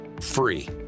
free